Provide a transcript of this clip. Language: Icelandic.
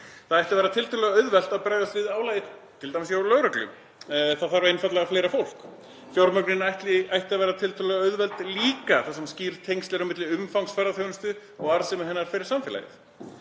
Það ætti að vera tiltölulega auðvelt að bregðast t.d. við álagi á lögreglu. Það þarf einfaldlega fleira fólk. Fjármögnun ætti að vera tiltölulega auðveld líka þar sem skýr tengsl eru milli umfangs ferðaþjónustu og arðsemi hennar fyrir samfélagið.